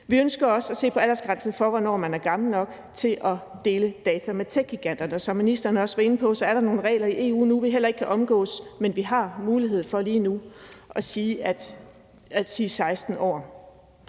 Vi ønsker også at se på aldersgrænsen for, hvornår man er gammel nok til at dele data med techgiganterne. Som ministeren også var inde på, er der nogle regler i EU nu, vi heller ikke kan omgå, men vi har mulighed for lige nu at sige, at